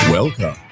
Welcome